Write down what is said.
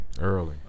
Early